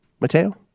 Mateo